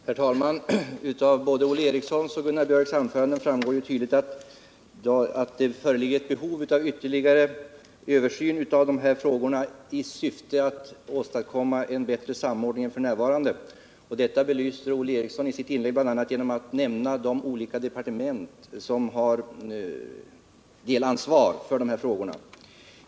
Herr talman! Av både Olle Erikssons och Gunnar Björks i Gävle anföranden framgår tydligt, att det föreligger ett behov av en ytterligare översyn av dessa frågor i syfte att åstadkomma en bättre samordning än f. n. Det belyste Olle Eriksson i sitt anförande bl.a. genom att nämna de olika departement som har delansvar för dessa frågor.